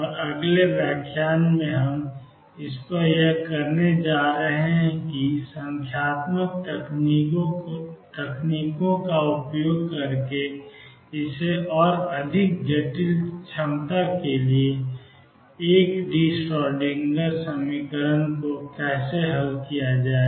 और अगले व्याख्यान में अब हम यह करने जा रहे हैं कि संख्यात्मक तकनीकों का उपयोग करके अधिक जटिल क्षमता के लिए एक डी श्रोडिंगर समीकरण को कैसे हल किया जाए